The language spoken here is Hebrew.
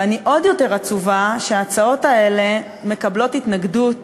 ואני עוד יותר עצובה שההצעות האלה מקבלות התנגדות